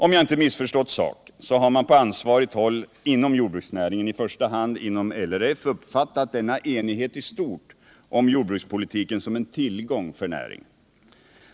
Om jag inte missförstått saken har man på ansvarigt håll inom jordbruksnäringen, i första hand inom LRF, uppfattat denna enighet i stort om jordbrukspolitiken som en tillgång för näringen.